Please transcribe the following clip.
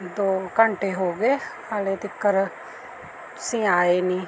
ਦੋ ਘੰਟੇ ਹੋ ਗਏ ਹਾਲੇ ਤਿਕਰ ਤੁਸੀਂ ਆਏ ਨੀ